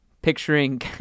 picturing